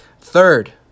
Third